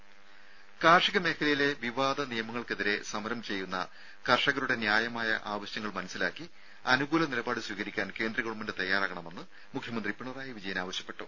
രുര കാർഷിക മേഖലയിലെ വിവാദ നിയമങ്ങൾക്കെതിരെ സമരം ചെയ്യുന്ന കർഷകരുടെ ന്യായമായ ആവശ്യങ്ങൾ മനസ്സിലാക്കി അനുകൂല നിലപാട് സ്വീകരിക്കാൻ കേന്ദ്ര ഗവൺമെന്റ് തയ്യാറാകണമെന്ന് മുഖ്യമന്ത്രി പിണറായി വിജയൻ ആവശ്യപ്പെട്ടു